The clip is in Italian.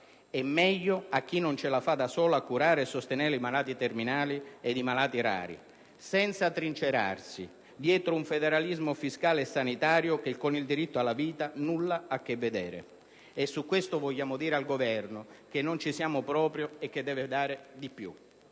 e meglio a chi non ce la fa da solo a curare e sostenere i malati terminali ed i malati rari (senza trincerarsi dietro un federalismo fiscale e sanitario che con il diritto alla vita nulla ha a che vedere) e su questo vogliamo dire al Governo che non ci siamo proprio e che deve fare di più.